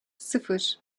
sıfır